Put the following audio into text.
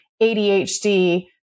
ADHD